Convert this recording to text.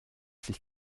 sich